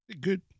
good